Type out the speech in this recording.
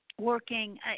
working